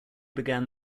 began